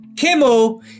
Kimmel